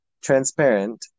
transparent